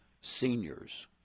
seniors